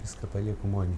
viską palieku moni